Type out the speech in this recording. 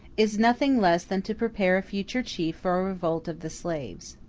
is nothing less than to prepare a future chief for a revolt of the slaves.